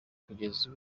kugeza